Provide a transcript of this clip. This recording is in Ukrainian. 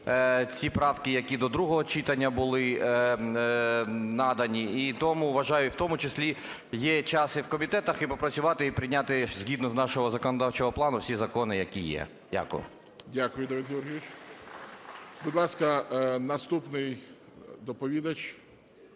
ці правки, які до другого читання були надані. І тому вважаю, в тому числі є час в комітетах і попрацювати, і прийняти, згідно нашого законодавчого плану, всі закони, які є. Дякую. ГОЛОВУЮЧИЙ. Дякую, Давид Георгійович. Будь ласка, наступний доповідач…